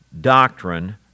doctrine